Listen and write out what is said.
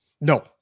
No